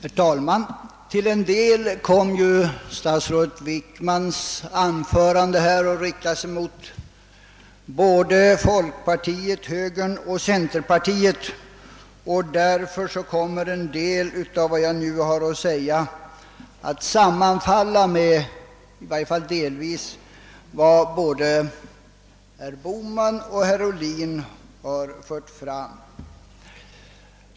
Herr talman! Till en del kom statsrådets Wickmans anförande här att riktas mot både folkpartiet, högern och centerpartiet, och därför kommer en del av vad jag nu har att säga att i viss mån sammanfalla med vad herr Bohman och herr Ohlin redan har sagt.